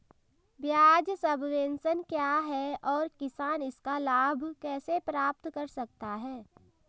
ब्याज सबवेंशन क्या है और किसान इसका लाभ कैसे प्राप्त कर सकता है?